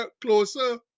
closer